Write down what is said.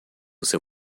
seu